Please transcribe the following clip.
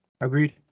Agreed